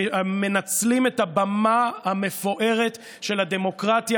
המנצלים את הבמה המפוארת של הדמוקרטיה